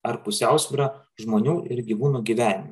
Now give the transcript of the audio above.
ar pusiausvyrą žmonių ir gyvūnų gyvenimą